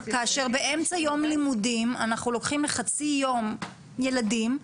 כאשר באמצע יום לימודים אנחנו לוקחים לחצי יום ילדים,